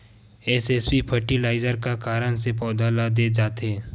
SSP fertilizer का कारण से पौधा ल दे जाथे?